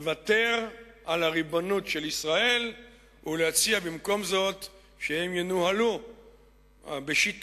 לוותר על הריבונות של ישראל ולהציע במקום זאת שהם ינוהלו בשיתוף